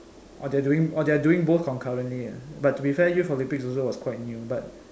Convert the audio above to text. or they doing or they are doing both concurrently lah but to be fair youth Olympics also was quite new but